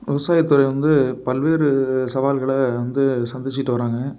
விவசாயத்துறை வந்து பல்வேறு சவால்களை வந்து சந்திச்சிகிட்டு வர்றாங்க